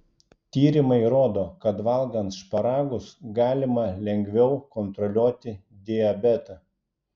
tyrimai rodo kad valgant šparagus galima lengviau kontroliuoti diabetą